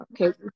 okay